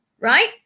Right